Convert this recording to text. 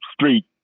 street